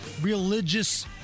religious